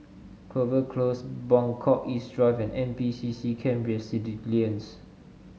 Clover Close Buangkok East Drive and N P C C Camp Resilience